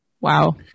wow